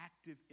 active